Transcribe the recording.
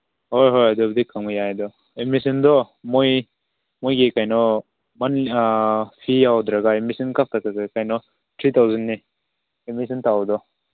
ꯍꯣꯏ ꯍꯣꯏ ꯑꯗꯨꯕꯨꯗꯤ ꯀꯧꯅ ꯌꯥꯏ ꯑꯗꯨ ꯑꯦꯗꯃꯤꯁꯟꯗꯣ ꯃꯣꯏ ꯃꯣꯏꯒꯤ ꯀꯩꯅꯣ ꯐꯤ ꯌꯥꯎꯗ꯭ꯔꯕ ꯑꯦꯗꯃꯤꯁꯟ ꯈꯛꯇꯗꯗ ꯀꯩꯅꯣ ꯊ꯭ꯔꯤ ꯊꯥꯎꯖꯟꯅꯤ ꯑꯦꯗꯃꯤꯁꯟ ꯇꯧꯕꯗꯣ